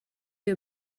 you